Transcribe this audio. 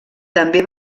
també